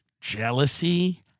jealousy